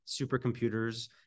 supercomputers